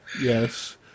Yes